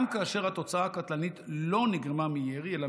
גם כאשר התוצאה הקטלנית לא נגרמה מירי אלא